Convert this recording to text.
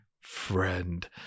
friend